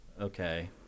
okay